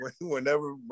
whenever